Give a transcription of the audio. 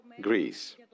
Greece